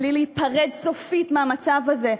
בלי להיפרד סופית מהמצב הזה,